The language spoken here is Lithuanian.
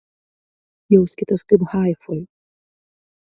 jauskitės kaip haifoj